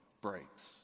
breaks